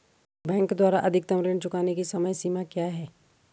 Bank द्वारा अधिकतम ऋण चुकाने की समय सीमा क्या है?